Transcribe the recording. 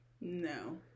No